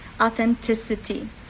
authenticity